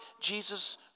Jesus